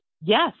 Yes